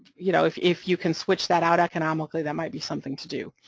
you know, if if you can switch that out economically that might be something to do,